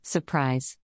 Surprise